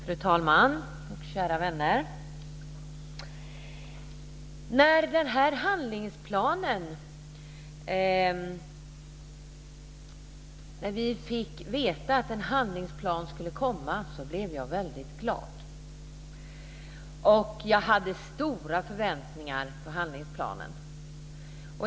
Fru talman! Kära vänner! När vi fick veta att en handlingsplan skulle komma blev jag väldigt glad. Jag hade stora förväntningar på handlingsplanen.